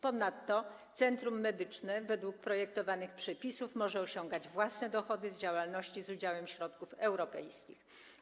Ponadto centrum medyczne według projektowanych przepisów może osiągać własne dochody z działalności z udziałem środków europejskich.